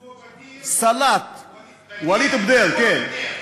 כמו באדיר, וליד באדיר במקום בדיר.